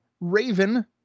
Raven